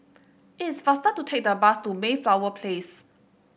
is faster to take the bus to Mayflower Place